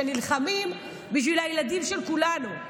שנלחמים בשביל הילדים של כולנו,